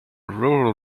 rural